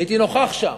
אני הייתי נוכח שם.